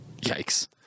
Yikes